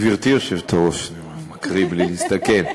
גברתי היושבת-ראש, אני מקריא בלי להסתכל,